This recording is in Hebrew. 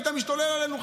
היית משתולל עלינו,